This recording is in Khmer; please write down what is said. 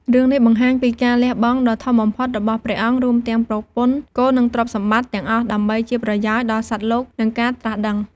រឿងនេះបង្ហាញពីការលះបង់ដ៏ធំបំផុតរបស់ព្រះអង្គ រួមទាំងប្រពន្ធ កូន និងទ្រព្យសម្បត្តិទាំងអស់ ដើម្បីជាប្រយោជន៍ដល់សត្វលោក និងការត្រាស់ដឹង។